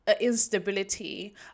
instability